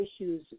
issues